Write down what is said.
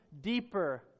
deeper